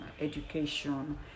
education